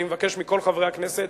אני מבקש מכל חברי הכנסת,